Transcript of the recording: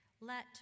let